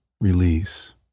release